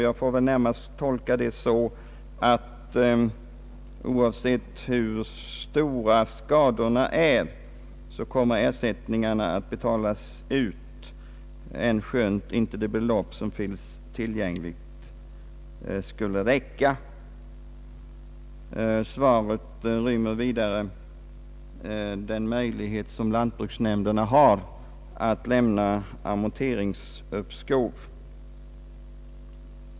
Jag får väl närmast tolka detta så att ersättning kommer att betalas ut oavsett hur stora skadorna är och även om de belopp som finns tillgängliga inte skulle räcka. Interpellationssvaret omnämner vidare den möjlighet som lantbruksnämnderna har att lämna amorteringsuppskov.